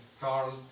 Carl